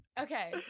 okay